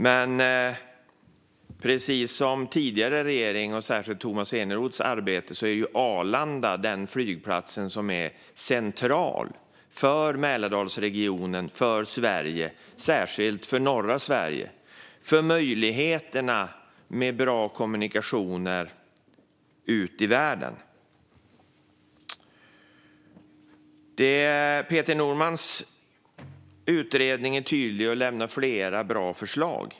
Men precis som i den tidigare regeringens, och särskilt Tomas Eneroths, arbete är ju Arlanda den flygplats som är central för Mälardalsregionen och för Sverige, särskilt för norra Sverige, när det gäller möjligheten till bra kommunikationer ut i världen. Peter Normans utredning är tydlig och lämnar flera bra förslag.